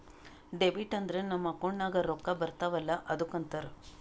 debit ಅಂದುರ್ ನಮ್ account ನಾಗ್ ರೊಕ್ಕಾ ಬರ್ತಾವ ಅಲ್ಲ ಅದ್ದುಕ ಅಂತಾರ್